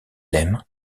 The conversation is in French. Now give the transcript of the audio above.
l’aime